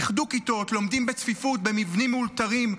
איחדו כיתות, לומדים בצפיפות במבנים מאולתרים.